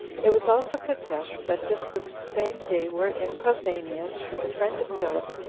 it was also confessed that this was the same day wherein pausanias, a friend of philip,